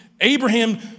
Abraham